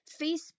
Facebook